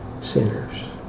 sinners